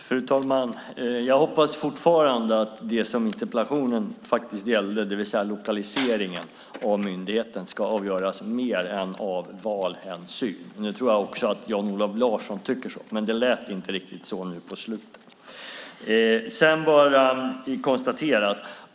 Fru talman! Jag hoppas fortfarande att det som interpellationen gällde, det vill säga lokaliseringen av myndigheten, ska avgöras av mer än valhänsyn. Jag tror också att Jan-Olof Larsson tycker det, men det lät inte riktigt så på slutet.